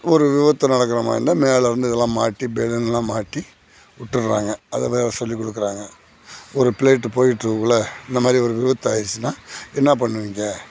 ஒரு விபத்து நடக்கிற மாதிரி இருந்தால் மேலே இருந்து இதெலாம் மாட்டி பலூன்லாம் மாட்டி விட்டுர்றாங்க அதை வேறு சொல்லிக் கொடுக்குறாங்க ஒரு பிளைட்டு போயிட்ருக்கக்குள்ள இந்த மாதிரி ஒரு விபத்து ஆகிருச்சுனா என்ன பண்ணுவீங்க